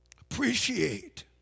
Appreciate